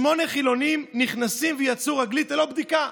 שמונה חילונים נכנסו ויצאו רגלית ללא בדיקה.